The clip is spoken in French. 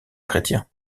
chrétiens